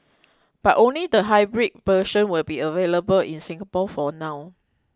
but only the hybrid version will be available in Singapore for now